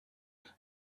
and